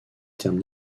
terme